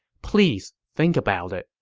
please think about it.